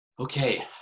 Okay